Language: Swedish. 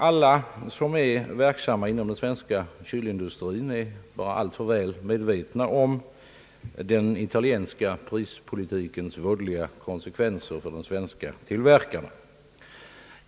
Alla som är verksamma inom den svenska kylindustrin är bara alltför väl medvetna om den italienska prispolitikens vådliga konsekvenser för de svenska tillverkarna.